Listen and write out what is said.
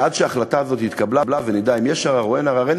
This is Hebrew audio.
שעד שההחלטה הזאת התקבלה ועד שנדע אם יש ערר או אין ערר,